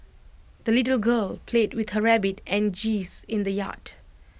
the little girl played with her rabbit and geese in the yard